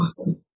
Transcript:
awesome